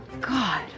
God